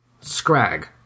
Scrag